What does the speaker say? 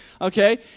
okay